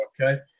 okay